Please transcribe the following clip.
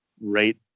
rate